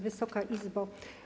Wysoka Izbo!